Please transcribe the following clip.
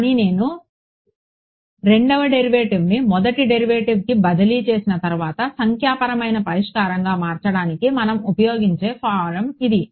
కానీ నేను రెండవ డెరివేటివ్ని మొదటి డెరివేటివ్కి బదిలీ చేసిన తర్వాత సంఖ్యాపరమైన పరిష్కారంగా మార్చడానికి మనం ఉపయోగించే ఫారమ్ ఇది